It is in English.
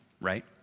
right